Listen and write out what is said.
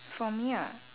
for me ah